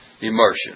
immersion